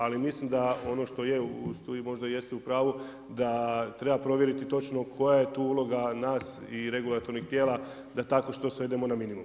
Ali mislim da ono što je … vi možda jeste u pravu da treba provjeriti točno koja je tu uloga nas i regulatornih tijela da tako što svedemo na minimum.